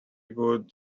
good